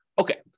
Okay